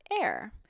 air